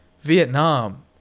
Vietnam